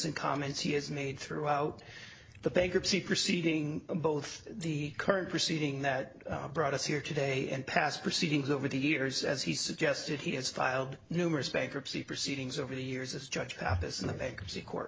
and comments he has made throughout the bankruptcy proceeding both the current proceeding that brought us here today and past proceedings over the years as he suggested he has filed numerous bankruptcy proceedings over the years as judge mathis in the bankruptcy court